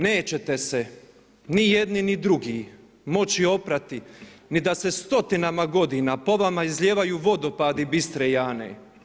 Nećete se ni jedni ni drugi moći oprati ni da se stotinama godinama po vama izlijevaju vodopadi bistre Jane.